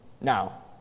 Now